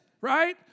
Right